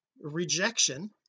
rejection